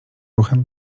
ruchem